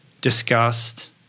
discussed